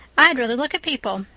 i'd ruther look at people.